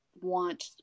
want